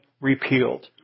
repealed